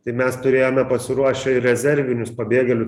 tai mes turėjome pasiruošę ir rezervinius pabėgėlių